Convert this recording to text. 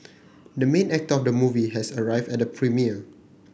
the main actor of the movie has arrived at the premiere